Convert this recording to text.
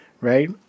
Right